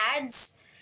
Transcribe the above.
ads